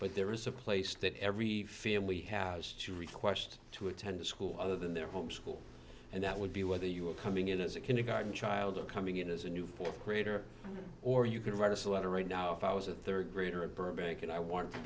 but there is a place that every family has to request to attend a school other than their home school and that would be whether you're coming in as a kindergarten child or coming in as a new th grader or you could write us a letter right now if i was a rd grader in burbank and i want to